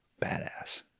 Badass